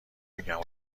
میگم